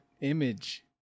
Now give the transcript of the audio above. image